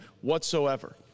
whatsoever